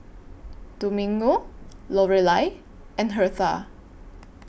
Domingo Lorelai and Hertha